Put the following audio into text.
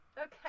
Okay